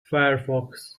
firefox